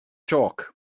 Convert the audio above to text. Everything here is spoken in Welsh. jôc